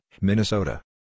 Minnesota